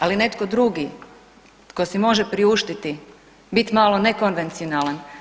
Ali netko drugi tko si može priuštiti biti malo nekonvencionalan.